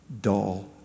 dull